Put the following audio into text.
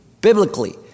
biblically